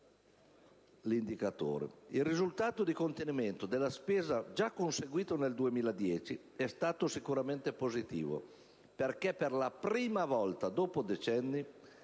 Il risultato di contenimento della spesa già conseguito nel 2010 è stato sicuramente positivo, perché, per la prima volta dopo decenni,